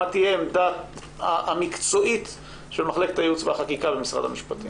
מה תהיה העמדה המקצועית של מחלקת הייעוץ והחקיקה במשרד המשפטים?